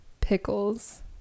pickles